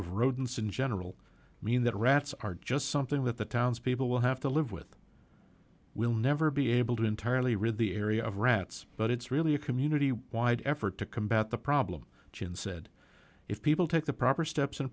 of rodents in general mean that rats are just something that the townspeople will have to live with will never be able to entirely rid the area of rats but it's really a community wide effort to combat the problem jane said if people take the proper steps